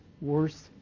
worse